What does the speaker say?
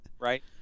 Right